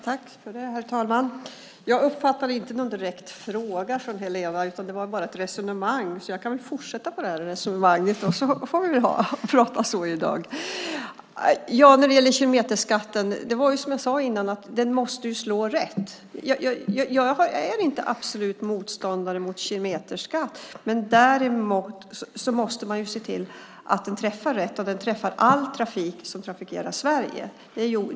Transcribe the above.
Herr talman! Jag uppfattade inte någon direkt fråga från Helena, utan det var bara ett resonemang, så jag kan väl fortsätta på det resonemanget. Som jag sade tidigare måste kilometerskatten slå rätt. Jag är absolut inte någon motståndare till kilometerskatt, men däremot måste man se till att den träffar rätt och träffar all trafik som trafikerar Sverige.